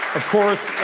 course,